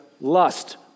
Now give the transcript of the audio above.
lust